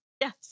yes